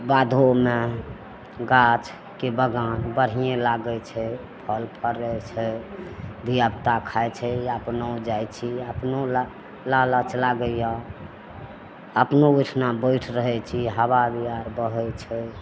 बाधोमे गाछके बगान बढ़िएँ लागै छै फल फड़ै छै धिआपुता खाइ छै या अपनो जाइ छी अपनो ला लालच लागैए अपनो ओहिठाम बैठि रहै छी हवा बिहाड़ि बहै छै